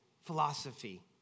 philosophy